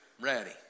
ready